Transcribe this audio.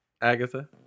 Agatha